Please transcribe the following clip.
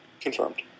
Confirmed